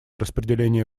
распределение